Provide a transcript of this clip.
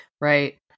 Right